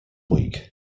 week